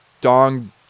dong